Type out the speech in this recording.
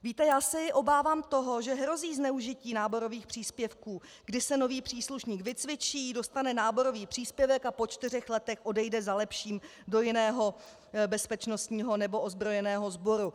Víte, já se obávám toho, že hrozí zneužití náborových příspěvků, kdy se nový příslušník vycvičí, dostane náborový příspěvek a po čtyřech letech odejde za lepším do jiného bezpečnostního nebo ozbrojeného sboru.